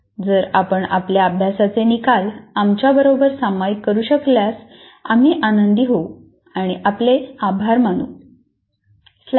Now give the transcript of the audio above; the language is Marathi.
जर आपण आपल्या अभ्यासाचे निकाल आमच्याबरोबर सामायिक करू शकल्यास आम्ही आनंदी होऊ आणि आपले आभार मानू